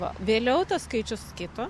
va vėliau tas skaičius kito